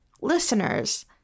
listeners